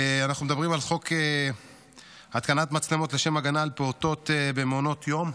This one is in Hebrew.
אנחנו מדברים על חוק התקנת מצלמות לשם הגנה על פעוטות במעונות יום.